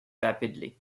rapidly